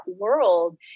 world